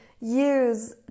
use